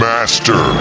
Master